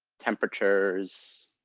temperatures,